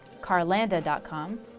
carlanda.com